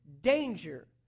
danger